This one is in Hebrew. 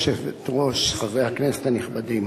גברתי היושבת-ראש, חברי הכנסת הנכבדים,